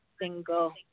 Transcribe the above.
single